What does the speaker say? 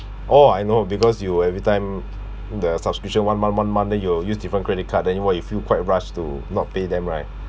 oh I know because you every time the subscription one month one month leh you use different credit card then why you feel quite rush to not pay them right